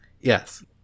Yes